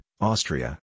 Austria